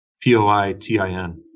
P-O-I-T-I-N